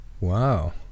wow